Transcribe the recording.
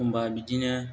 एखनबा बिदिनो